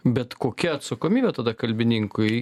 bet kokia atsakomybė tada kalbininkui